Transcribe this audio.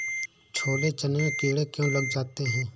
छोले चने में कीड़े क्यो लग जाते हैं?